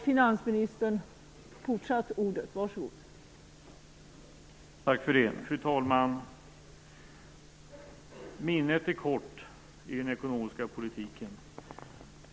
Fru talman! Minnet är kort i den ekonomiska politiken.